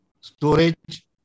storage